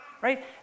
Right